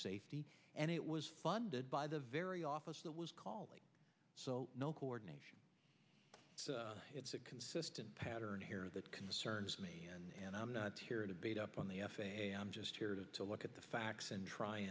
safety and it was funded by the very office that was calling so no coordination it's a consistent pattern here that concerns me and i'm not here to beat up on the f a a i'm just here to look at the facts and try